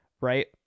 right